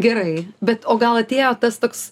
gerai bet o gal atėjo tas toks